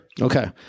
Okay